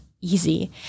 easy